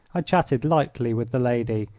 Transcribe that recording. i chatted lightly with the lady,